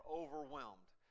overwhelmed